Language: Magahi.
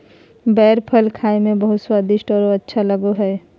बेर फल खाए में बहुत स्वादिस्ट औरो अच्छा लगो हइ